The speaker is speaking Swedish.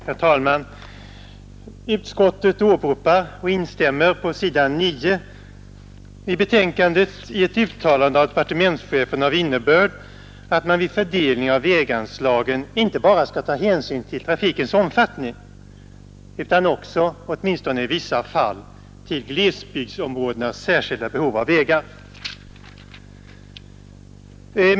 Herr talman! Utskottet återger och instämmer på s. 9 i betänkandet i ett uttalande av departementschefen av innebörd att man vid fördelning av väganslagen inte bara skall ta hänsyn till trafikens omfattning utan också, åtminstone i vissa fall, till glesbygdsområdenas särskilda behov av vägar.